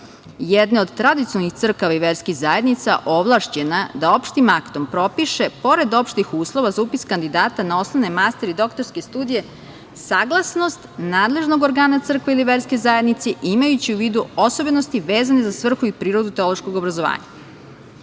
jedna od tradicionalnih crkava i verskih zajednica, ovlašćena da opštim aktom propiše, pored opštih uslova za upis kandidata na osnovne, master i doktorske studije, saglasnost nadležnog organa, crkve ili verske zajednice, imajući u vidu osobenosti vezane za svrhu i prirodu teološkog obrazovanja.